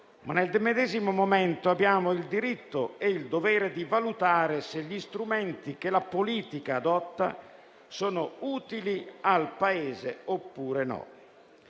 ma nel medesimo momento abbiamo il diritto e il dovere di valutare se gli strumenti che la politica adotta sono utili al Paese.